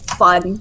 fun